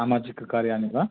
सामाजिककार्याणि वा